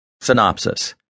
Synopsis